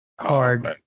hard